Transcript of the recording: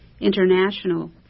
international